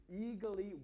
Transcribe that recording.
eagerly